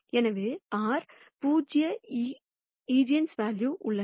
எனவே r பூஜ்ஜிய eigenvalue உள்ளன